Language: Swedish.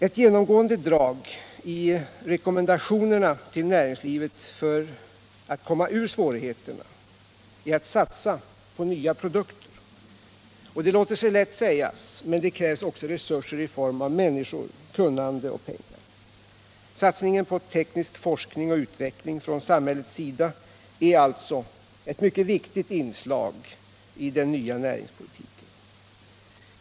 Ett genomgående drag i rekommendationerna till näringslivet för att komma ur svårigheterna är att satsa på nya produkter. Det låter sig lätt sägas, men det kräver också resurser i form av människor, kunnande och pengar. Satsningen på teknisk forskning och utveckling från samhällets sida är alltså ett mycket viktigt inslag i den nya näringspolitiken.